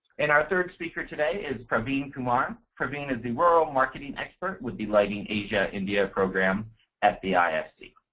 and our third speaker today is praveen kumar. um praveen is the rural marketing expert with the lighting asia india program at the ifc.